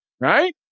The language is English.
right